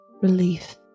relief